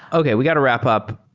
okay we got to wrap up.